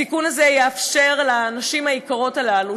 התיקון הזה יאפשר לנשים היקרות הללו,